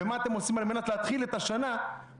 ומה אתם עושים על מנת להתחיל את השנה כמו